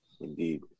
Indeed